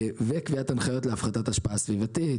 קביעת הנחיות להפחתת השפעה סביבתית,